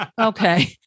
Okay